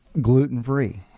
gluten-free